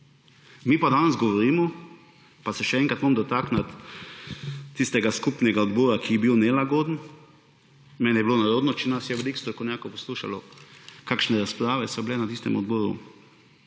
Mi pa danes govorimo, pa se še enkrat moram dotakniti tistega skupnega odbora, ki je bil nelagoden, meni je bilo nerodno, če nas je veliko strokovnjakov poslušalo, kakšne razprave so bile na tistem odboru,